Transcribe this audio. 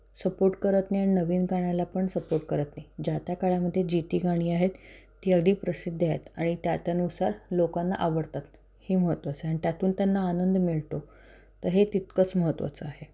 support करत नाही आणि नवीन गाण्याला पण सपोर्ट करत नाही ज्या त्या काळामध्ये जी ती गाणी आहेत ती अधिक प्रसिद्ध आहेत आणि त्या त्यानुसार लोकांना आवडतात हे महत्वाचं आहे आणि त्यातून त्यांना आनंद मिळतो तर हे तितकंच महत्वाचं आहे